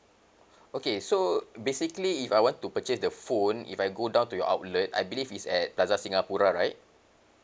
okay so basically if I want to purchase the phone if I go down to your outlet I believe it's at plaza singapura right